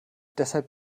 deshalb